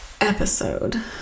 episode